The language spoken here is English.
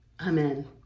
amen